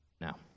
Now